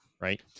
right